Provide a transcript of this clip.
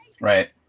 Right